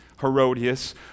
Herodias